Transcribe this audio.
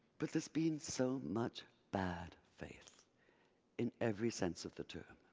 but there's been so much bad faith in every sense of the term,